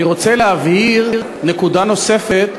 אני רוצה להבהיר נקודה נוספת,